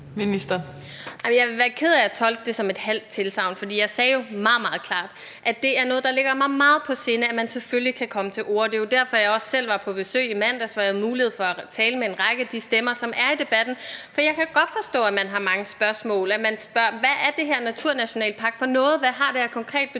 Jeg vil være ked af at tolke det som et halvt tilsagn, for jeg sagde jo meget, meget klart, at det er noget, der ligger mig meget på sinde, at man selvfølgelig kan komme til orde. Det er jo derfor, at jeg også selv var på besøg i mandags, hvor jeg havde mulighed for at tale med en række af de stemmer, der er i debatten. Jeg kan godt forstå, at man har mange spørgsmål, og at man spørger: Hvad er det her med naturnationalparker for noget? Hvad har det af konkret betydning?